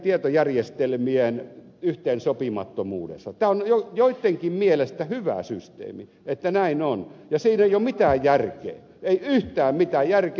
tämä on joittenkin mielestä hyvä systeemi että näin on ja siinä ei ole mitään järkeä ei yhtään mitään järkeä